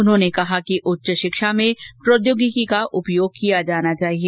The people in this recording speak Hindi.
उन्होंने कहा कि उच्च शिक्षा प्रौद्योगिकी का उपयोग करना चाहिए